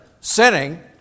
sinning